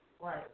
Right